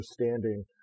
understanding